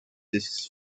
disks